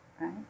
Right